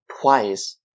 twice